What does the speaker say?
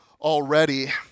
already